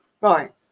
Right